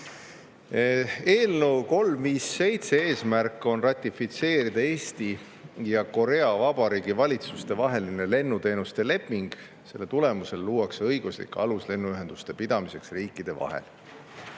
Eelnõu 357 eesmärk on ratifitseerida Eesti Vabariigi valitsuse ja Korea Vabariigi valitsuse vaheline lennuteenuste leping. Selle tulemusel luuakse õiguslik alus lennuühenduse pidamiseks riikide vahel.